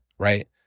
right